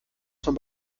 zum